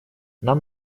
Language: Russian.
нам